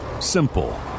Simple